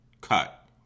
cut